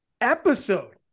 episode